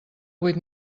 vuit